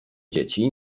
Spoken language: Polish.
dzieci